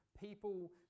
people